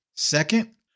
Second